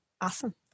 Awesome